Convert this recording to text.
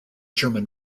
german